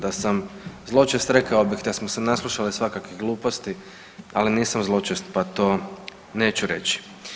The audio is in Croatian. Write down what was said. Da sam zločest rekao bih da smo se naslušali svakakvih gluposti, ali nisam zločest pa to neću reći.